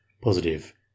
positive